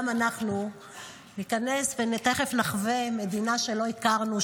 אנחנו ניכנס ותכף נחווה מדינה שלא הכרנו,